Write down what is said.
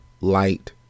light